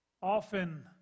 Often